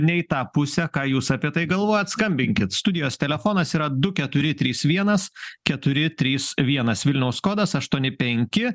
ne į tą pusę ką jūs apie tai galvojat skambinkit studijos telefonas yra du keturi trys vienas keturi trys vienas vilniaus kodas aštuoni penki